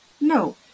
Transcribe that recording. No